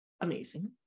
amazing